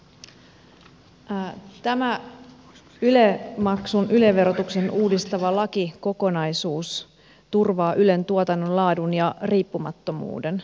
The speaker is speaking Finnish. tämä yle maksun yle verotuksen uudistava lakikokonaisuus turvaa ylen tuotannon laadun ja riippumattomuuden